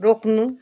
रोक्नु